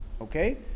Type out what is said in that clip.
Okay